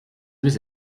rues